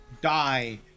die